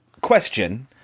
question